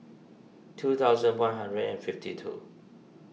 two thousand one hundred and fifty two